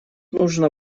нужно